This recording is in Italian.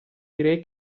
direi